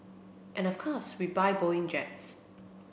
and of course we buy Boeing jets